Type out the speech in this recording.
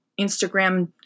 Instagram